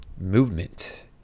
movement